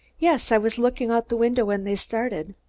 yes. i was looking out the window when they started.